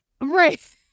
Right